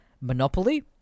Monopoly